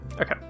Okay